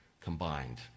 combined